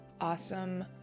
awesome